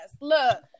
Look